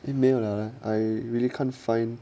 it 没有 lah I really can't find